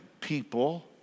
people